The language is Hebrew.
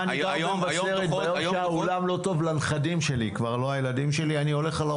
אני חושב ששולחן עגול ברגע שהוא הופך להיות סיסטמטי